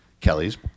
Kelly's